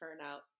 turnout